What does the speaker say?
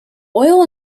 oil